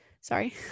Sorry